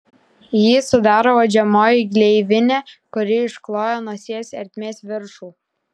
jį sudaro uodžiamoji gleivinė kuri iškloja nosies ertmės viršų